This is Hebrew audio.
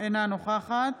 אינה נוכחת